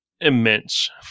immense